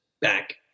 back